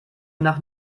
nach